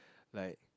like